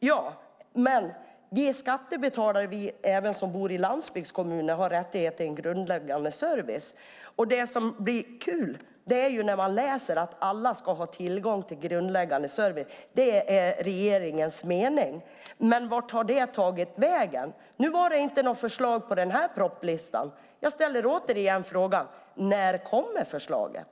Ja, men även vi som bor i landsbygdskommunerna är skattebetalare och har rättighet till en grundläggande service. Det blir kul när man läser att alla ska ha tillgång till grundläggande service och att det är regeringens mening. Men vart har det tagit vägen? Nu kom det inte något förslag på den här propositionslistan. Jag ställer återigen frågan: När kommer förslaget?